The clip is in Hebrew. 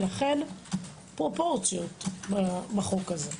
לכן פרופורציות בחוק הזה.